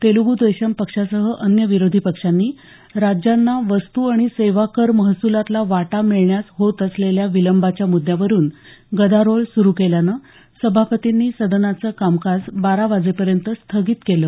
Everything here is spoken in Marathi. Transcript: तेल्ग् देशम पक्षासह अन्य विरोधी पक्षांनी राज्यांना वस्तू आणि सेवा कर महसुलातला वाटा मिळण्यास होत असलेल्या विलंबाच्या मृद्द्यावरून गदारोळ सुरू केल्यानं सभापतींनी सदनाचं कामकाज बारा वाजेपर्यंत स्थगित केलं